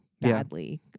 badly